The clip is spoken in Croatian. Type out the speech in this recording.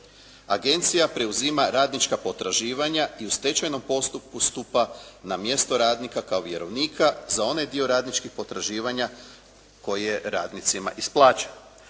Agencija preuzima radnička potraživanja i u stečajnom postupku stupa na mjesto radnika kao vjerovnika za onaj dio radničkih potraživanja koje radnicima isplaćuju.